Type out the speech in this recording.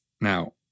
Now